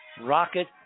rocket